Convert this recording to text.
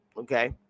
Okay